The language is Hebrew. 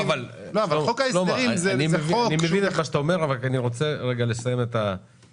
אני מבין מה שאתה אומר אבל אני רוצה לסיים את ההצגה